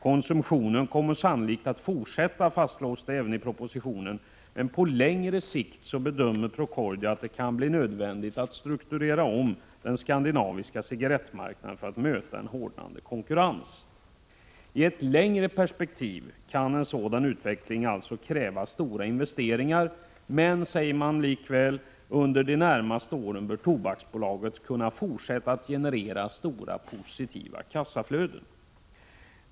Konsumtionen kommer sannolikt att fortsätta, fastslås det i propositionen, men på längre sikt bedömer Procordia att det kan bli nödvändigt att strukturera om den skandinaviska cigarettmarknaden för att möta en hårdnande konkurrens. I ett längre perspektiv kan en sådan utveckling alltså kräva stora investeringar. Men, säger man likväl, under de närmaste åren bör Tobaksbolaget kunna fortsätta att generera stora positiva kassaflöden.